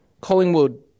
Collingwood